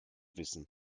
wissen